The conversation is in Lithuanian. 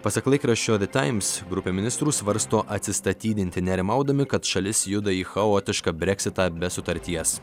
pasak laikraščio ve taims grupė ministrų svarsto atsistatydinti nerimaudami kad šalis juda į chaotišką breksitą be sutarties